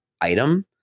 item